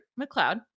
McLeod